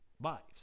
lives